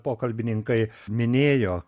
pokalbininkai minėjo